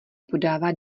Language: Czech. podává